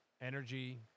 Energy